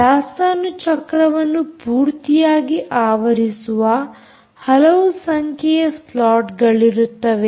ದಾಸ್ತಾನು ಚಕ್ರವನ್ನು ಪೂರ್ತಿಯಾಗಿ ಆವರಿಸುವ ಹಲವು ಸಂಖ್ಯೆಯ ಸ್ಲಾಟ್ಗಳಿರುತ್ತವೆ